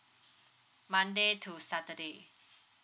monday to saturday